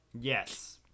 yes